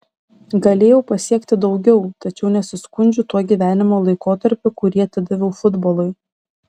galėjau pasiekti daugiau tačiau nesiskundžiu tuo gyvenimo laikotarpiu kurį atidaviau futbolui